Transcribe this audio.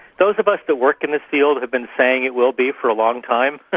those of us that work in this field have been saying it will be for a long time,